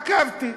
עקבתי.